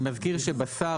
אני מזכיר שבשר,